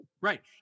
Right